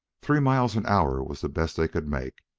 three miles an hour was the best they could make,